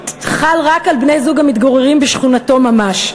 חל רק על בני-זוג המתגוררים בשכונתו ממש,